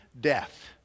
Death